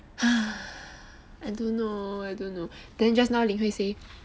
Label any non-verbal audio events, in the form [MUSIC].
[BREATH] I don't know I don't know then just now ling hui say